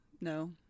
no